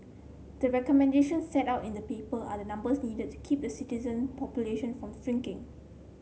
the recommendations set out in the paper are the numbers needed to keep the citizen population from shrinking